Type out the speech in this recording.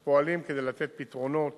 אז פועלים כדי לתת פתרונות